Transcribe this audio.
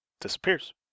disappears